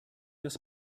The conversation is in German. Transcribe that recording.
das